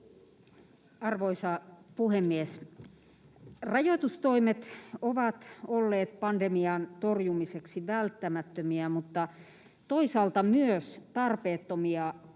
Räsänen!] Rajoitustoimet ovat olleet pandemian torjumiseksi välttämättömiä, mutta toisaalta myös tarpeettomia,